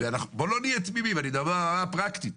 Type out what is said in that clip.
ובואו לא נהיה תמימים, אני מדבר ברמה הפרקטית.